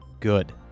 good